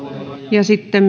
ja sitten